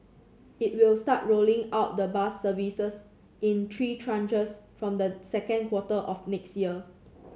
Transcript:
it will start rolling out the bus services in three tranches from the second quarter of next year